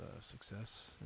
success